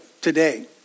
today